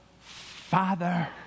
Father